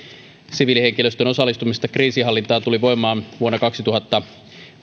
siviilihenkilöstön osallistumisesta kriisinhallintaan tuli voimaan vuonna kaksituhattaviisi